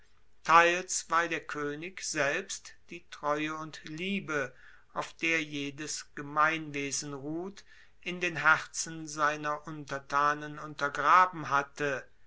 teils weil der koenig selbst die treue und liebe auf der jedes gemeinwesen ruht in den herzen seiner untertanen untergraben hatte